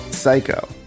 Psycho